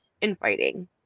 infighting